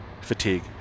fatigue